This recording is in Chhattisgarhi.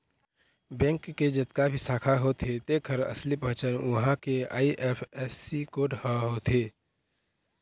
बेंक के जतका भी शाखा होथे तेखर असली पहचान उहां के आई.एफ.एस.सी कोड ह होथे